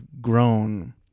grown